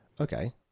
Okay